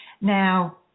Now